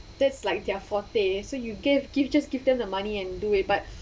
that's like their forte so you gave give just give them the money and do it but